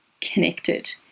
connected